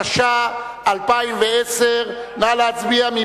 התש"ע 2010. נא להצביע.